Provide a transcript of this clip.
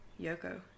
Yoko